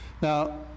Now